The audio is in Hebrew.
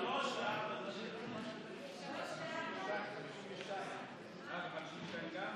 סעיף 1. יש לו רק את